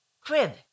crib